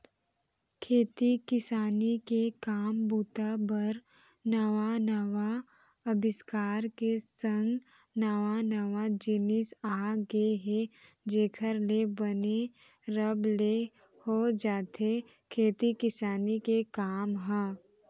खेती किसानी के काम बूता बर नवा नवा अबिस्कार के संग नवा नवा जिनिस आ गय हे जेखर ले बने रब ले हो जाथे खेती किसानी के काम ह